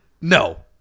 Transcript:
No